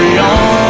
on